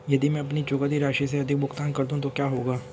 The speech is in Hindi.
यदि मैं अपनी चुकौती राशि से अधिक भुगतान कर दूं तो क्या होगा?